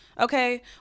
Okay